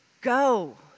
go